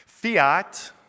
Fiat